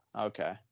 Okay